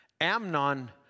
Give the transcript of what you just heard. Amnon